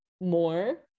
more